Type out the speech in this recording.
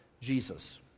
Jesus